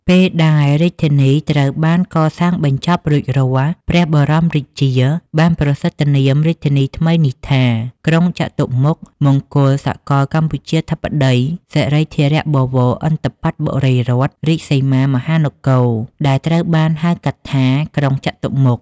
ពេលដែលរាជធានីត្រូវបានកសាងបញ្ចប់រួចរាល់ ព្រះបរមរាជា បានប្រសិដ្ឋនាមរាជធានីថ្មីនេះថា "ក្រុងចតុមុខ មង្គលសកលកម្ពុជាធិបតី សិរីធរៈបវរ ឥន្ទ្របត្តបុរីរដ្ឋ រាជសីមាមហានគរ" ដែលត្រូវបានហៅកាត់ថា "ក្រុងចតុមុខ"។